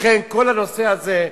לכן כל הנושא הזה,